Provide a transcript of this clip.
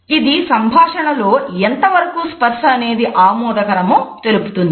ఇది సంభాషణలో ఎంతవరకు స్పర్శ అనేది ఆమోదకరమో తెలుపుతుంది